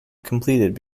completed